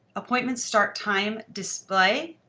appointment start time display.